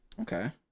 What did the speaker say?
Okay